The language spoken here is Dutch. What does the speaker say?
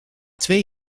twee